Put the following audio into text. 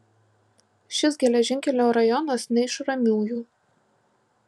šis geležinkelio rajonas ne iš ramiųjų